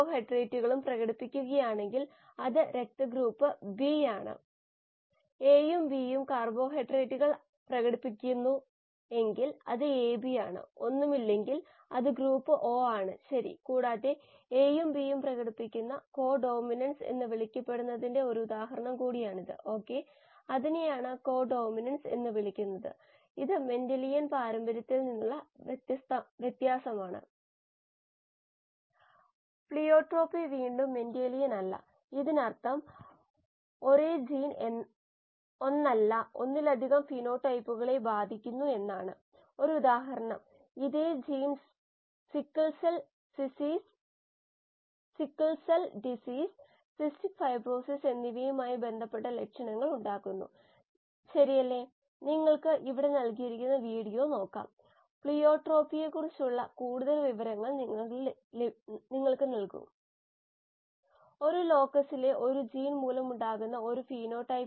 ബയോമാസിലെ സി യുടെ പിണ്ഡം 0